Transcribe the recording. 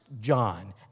John